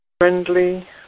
friendly